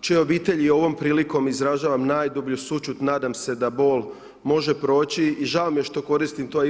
čijom obitelji ovom prilikom izražavam najdublju sućut, nadam se da bol može proći i žao mi je što koristim to ime.